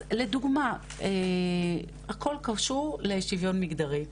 אז לדוגמא, הכול קשור לשוויון מגדרי,